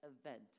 event